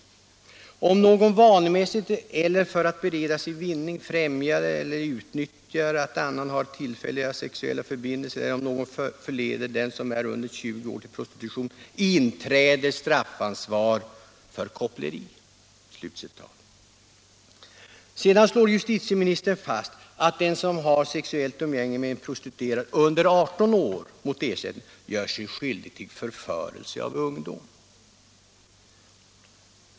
Om någon vanemässigt eller för att bereda sig vinning främjar eller utnyttjar att annan har tillfälliga sexuella förbindelser eller om någon förleder den som är under 20 år till prostitution, inträder straffansvar för koppleri.” Sedan slår justitieministern fast att den som har sexuellt umgänge med en prostituerad under 18 år mot ersättning gör sig skyldig till förförelse av ungdom.